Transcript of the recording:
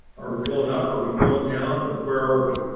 are we going up? are we going down or where are we?